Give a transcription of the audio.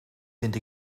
vind